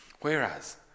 Whereas